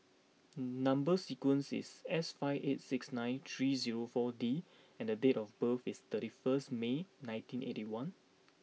number sequence is S five eight six nine three zero four D and date of birth is thirty first May nineteen eighty one